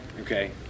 Okay